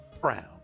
Brown